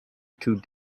two